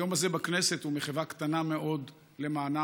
היום הזה בכנסת הוא מחווה קטנה מאוד למענם.